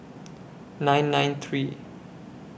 nine nine three